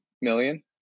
million